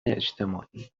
اجتماعی